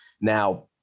now